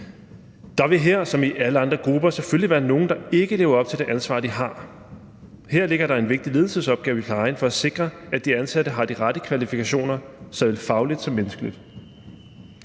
Der vil her som i alle andre grupper selvfølgelig være nogle, der ikke lever op til det ansvar, de har. Her ligger der en vigtig ledelsesopgave i plejen for at sikre, at de ansatte har de rette kvalifikationer såvel fagligt som menneskeligt.